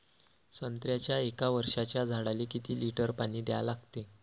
संत्र्याच्या एक वर्षाच्या झाडाले किती लिटर पाणी द्या लागते?